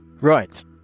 Right